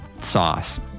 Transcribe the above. sauce